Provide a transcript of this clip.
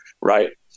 right